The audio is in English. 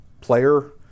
player